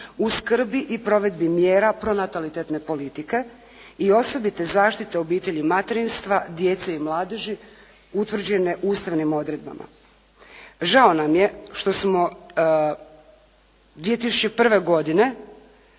u skrbi i provedbi mjera pronatalitetne politike i osobite zaštite obitelji i materinstva djece i mladeži utvrđene … /Govornica se ne razumije./ … odredbama. Žao nam je što smo 2001. godine,